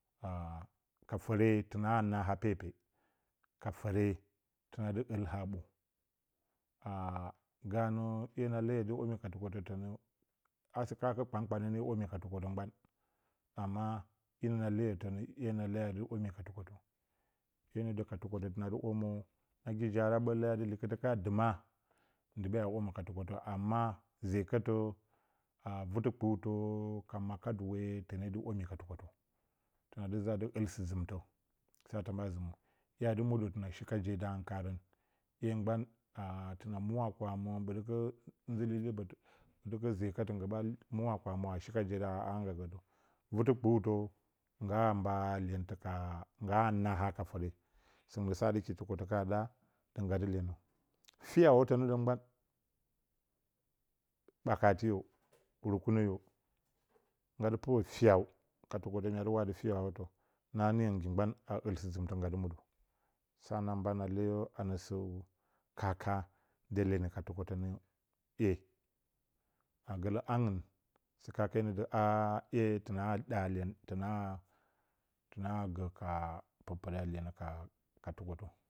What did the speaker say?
A'a ka fəre təne wa naa haa peepe, ka fəre tana dɨ ɨl haa, a ɓwo gaa nə 'ye na lee yo adɨ, tənə dɨ womə ka tɨkwotə, a st-kaakə kpan kpanə nee dɨ womiyi ka tɨkwotə mgban amma iye na leeyo tənə 'ye na lea adɨ təna dɨ womə ika tɨkwotə, iye nədə ka tɨkwotə tənə dɨ womə, nagi jaara ɓə lea dipus likɨtə ka dɨma ndɨ baa amma womə ka tɨkwotə toh zeekətə, vɨɨtɨpeutə əəəə ka maka duwo per tone dɨ womui ta ukwotə, ləna dɨ zə a ɨ lla stazipllusmtə, sa tə ɓaa zɨmə, ye adi mudə təng shika jodorə kasrə, iye mgban a təna muuura a kwamirə ɓədə gə zda lillipətə ɓədɨ gə zee kətə nggi ɓaa muuwa a kwamtrə a shika je kan a haa ngga gədə. vɨɨtɨpeutə nggaa mban luentə ka ngga a naa haa ka fəre, səngɨn nə saɗɨ ki tɨkwotə ka ɗa ngga dɨ iyenə fiiyawotə nə də mgban ɓakatiyo rɨkunə yo naga dɨ pɨrə fiiyaw, ka tɨkwotə mya dɨ wa ati fiiyawotə, na dɨ niyo nggi mgban a ɨl sɨ-zɨmtə ngga dɨ muɗə. Sa na mban a leeyo a nə sɨ-kaaka dɨ iyeni ka tɨkwotə nə 'ye na gələ hangɨn, st-kaake nə də aaa 'ye təna, 'ye tənaa ɗa iyent, tən aa gə ka pirpire a iyeriə ka ka tɨkwotə.